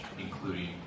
including